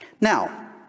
Now